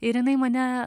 ir jinai mane